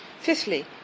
Fifthly